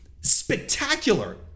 spectacular